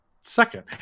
second